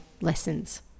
lessons